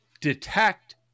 detect